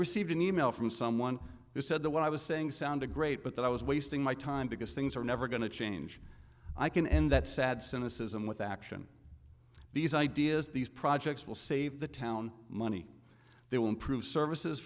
received an e mail from someone who said that when i was saying sounded great but that i was wasting my time because things are never going to change i can and that sad cynicism with action these ideas these projects will save the town money they will improve services